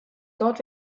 dort